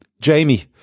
Jamie